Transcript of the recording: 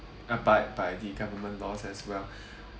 abide by the government laws as well